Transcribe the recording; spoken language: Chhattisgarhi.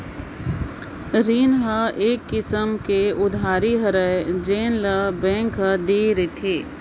रीन ह एक किसम के उधारी हरय जेन ल बेंक ह दे रिथे